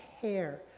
care